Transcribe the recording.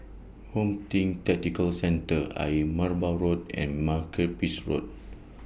Home Team Tactical Centre Ayer Merbau Road and Makepeace Road